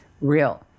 real